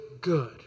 good